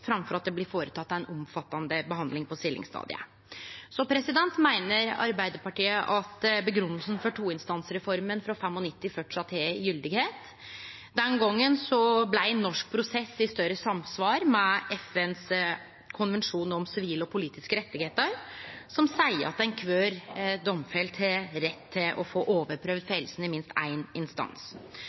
framfor at det blir gjort ei omfattande behandling på silingsstadiet. Arbeidarpartiet meiner at grunngjevinga for to-instansreforma frå 1995 framleis er gyldig. Den gongen blei norsk prosess i større samsvar med FNs konvensjon om sivile og politiske rettar, som seier at kvar domfelt har rett til å få overprøvd fellinga i minst ein instans.